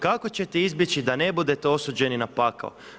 Kako ćete izbjeći da ne budete osuđeni na pakao?